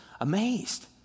amazed